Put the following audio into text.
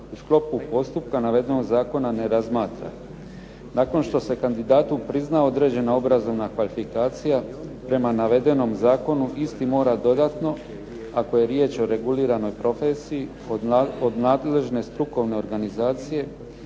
u sklopu postupka navedenog zakona razmatra. Nakon što se kandidatu prizna određena obrazovna kvalifikacija prema navedenom zakonu isti mora dodatno ako je riječ o reguliranoj profesiji od nadležne strukovne organizacije